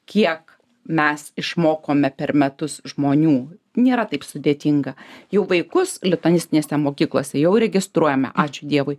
kiek mes išmokome per metus žmonių nėra taip sudėtinga jų vaikus lituanistinėse mokyklose jau registruojame ačiū dievui